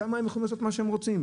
שם הם יכולים לעשות מה שהם רוצים,